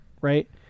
right